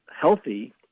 healthy